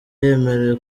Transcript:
yemerewe